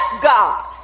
God